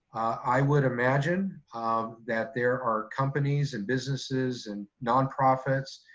i would imagine um that there are companies and businesses and nonprofits,